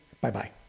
bye-bye